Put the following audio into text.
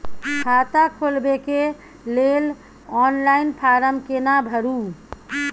खाता खोलबेके लेल ऑनलाइन फारम केना भरु?